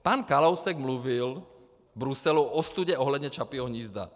Pan Kalousek mluvil v Bruselu o ostudě ohledně Čapího hnízda.